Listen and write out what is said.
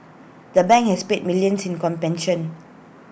the bank has paid millions in